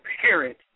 parent